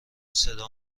صدا